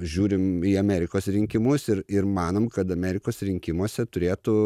žiūrim į amerikos rinkimus ir ir manom kad amerikos rinkimuose turėtų